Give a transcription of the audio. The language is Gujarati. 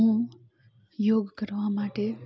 હું યોગ કરવા માટે